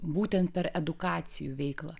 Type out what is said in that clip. būtent per edukacijų veiklą